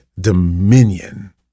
dominion